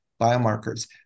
biomarkers